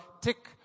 tick